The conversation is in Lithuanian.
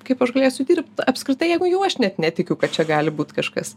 kaip aš galėsiu dirbt apskritai jeigu jau aš net netikiu kad čia gali būt kažkas